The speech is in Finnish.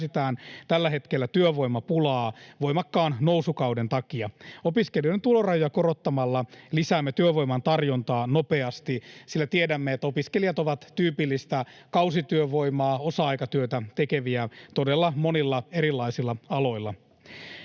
tällä hetkellä työvoimapulaa voimakkaan nousukauden takia. Opiskelijoiden tulorajoja korottamalla lisäämme työvoiman tarjontaa nopeasti, sillä tiedämme, että opiskelijat ovat tyypillistä kausityövoimaa, osa-aikatyötä tekeviä todella monilla erilaisilla aloilla.